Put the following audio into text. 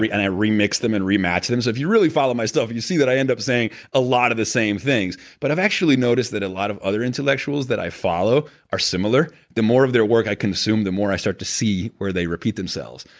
and i remix them and rematch them so if you really follow my stuff, you see that i end up saying a lot of the same things, but i've actually noticed that a lot of other intellectuals that i follow are similar. the more of their work i consume, the more i start to see where they repeat themselves,